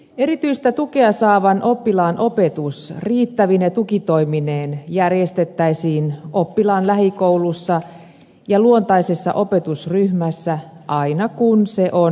erityistä tukea saavan oppilaan opetus riittävine tukitoimineen järjestettäisiin oppilaan lähikoulussa ja luontaisessa opetusryhmässä aina kun se on mahdollista